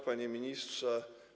Panie Ministrze!